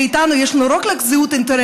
שאיתנו יש להן לא רק זהות אינטרסים